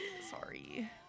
Sorry